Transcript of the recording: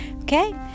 okay